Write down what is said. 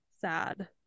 sad